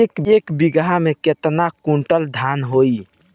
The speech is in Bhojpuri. एक बीगहा में केतना कुंटल धान होई?